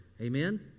Amen